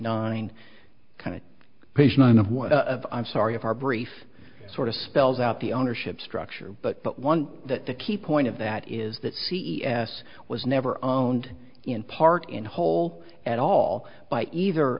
of i'm sorry of our brief sort of spells out the ownership structure but but one that the key point of that is that c e o s was never owned in part in whole at all by either